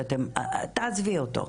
תעזבי אותו.